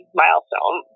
milestone